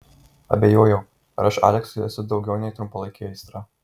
abejojau ar aš aleksui esu daugiau nei trumpalaikė aistra